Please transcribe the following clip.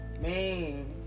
Man